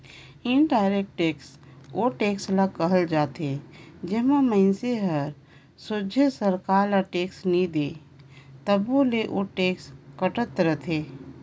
indirect tax ओ tax ल कहल जाथे जेम्हां मइनसे हर सोझ सरकार ल टेक्स नी दे तबो ले ओ टेक्स कटत रहथे